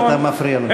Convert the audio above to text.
אתה מפריע לו.